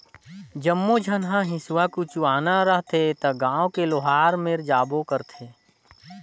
जम्मो झन ह हेसुआ कुचवाना रहथे त गांव के लोहार मेर जाबे करथे